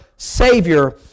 Savior